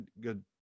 good